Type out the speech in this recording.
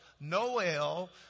Noel